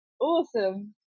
awesome